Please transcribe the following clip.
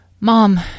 Mom